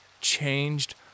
changed